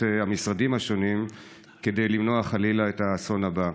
המשרדים השונים כדי למנוע חלילה את האסון הבא?